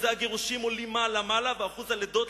ששיעור הגירושים עולה מעלה-מעלה ושיעור הלידות,